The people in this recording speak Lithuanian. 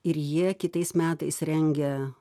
ir jie kitais metais rengia